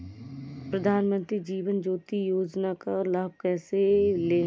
प्रधानमंत्री जीवन ज्योति योजना का लाभ कैसे लें?